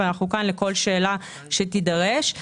ואנחנו לכל שאלה שתידרש.